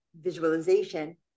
visualization